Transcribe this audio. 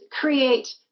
create